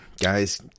guys